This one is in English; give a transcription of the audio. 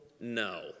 no